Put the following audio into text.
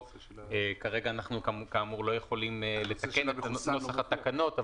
כרגע אנחנו כאמור לא יכולים לתקן את נוסח התקנות,